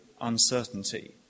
uncertainty